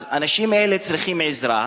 אז האנשים האלה צריכים עזרה,